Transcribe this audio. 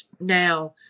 Now